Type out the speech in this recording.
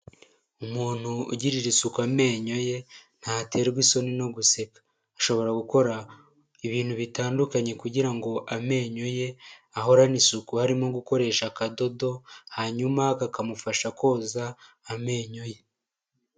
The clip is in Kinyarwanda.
Umuntu ugirira isuku amenyo ye ntaterwa isoni no guseka, ashobora gukora ibintu bitandukanye kugira ngo amenyo ye ahorane isuku harimo gukoresha akadodo hanyuma kakamufasha koza amenyo ye.